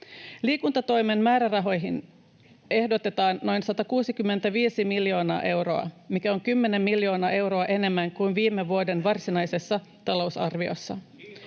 Liikuntatoimen määrärahoihin ehdotetaan noin 165 miljoonaa euroa, mikä on 10 miljoonaa euroa enemmän kuin viime vuoden varsinaisessa talousarviossa.